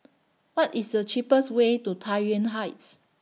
What IS The cheapest Way to Tai Yuan Heights